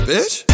Bitch